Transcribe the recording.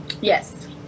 Yes